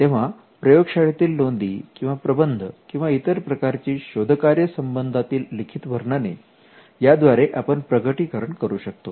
तेव्हा प्रयोग शाळेतील नोंदी किंवा प्रबंध किंवा इतर प्रकारची शोधकार्य संबंधातील लिखित वर्णने याद्वारे आपण प्रकटीकरण करू शकतो